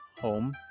home